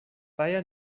bayer